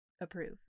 approve